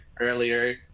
earlier